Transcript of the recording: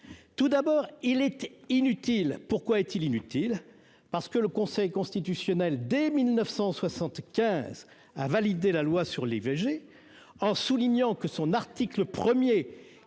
tout d'abord, il était inutile : pourquoi est-il inutile parce que le Conseil constitutionnel dès 1975 a validé la loi sur l'IVG, en soulignant que son article 1er